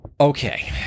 Okay